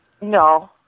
No